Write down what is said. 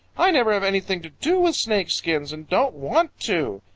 i never have anything to do with snake skins and don't want to.